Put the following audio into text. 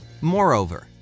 Moreover